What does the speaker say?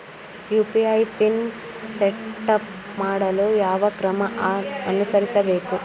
UPI pin setup ಮಾಡಲು ಯಾವ ಕ್ರಮ ಅನುಸರಿಸಬೇಕು?